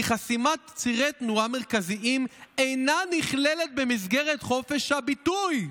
כי חסימת צירי תנועה מרכזיים אינה נכללת במסגרת חופש הביטוי.